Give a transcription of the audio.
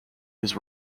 his